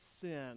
sin